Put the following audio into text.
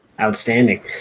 Outstanding